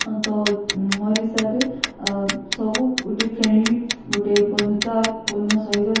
ତ ମୋର ହିସାବେ ସବୁ ଗୋଟେ ଫ୍ରେଣ୍ଡ୍ଲି ଗୋଟେ ବନ୍ଧୁତା ପୂର୍ଣ୍ଣ ସହିତ